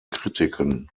kritiken